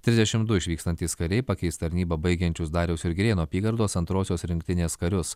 trisdešim du išvykstantys kariai pakeis tarnybą baigiančius dariaus ir girėno apygardos antrosios rinktinės karius